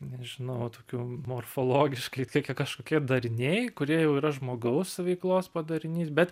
nežinau tokių morfologiškai tokie kažkokie dariniai kurie jau yra žmogaus veiklos padarinys bet